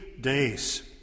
days